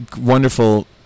wonderful